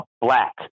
black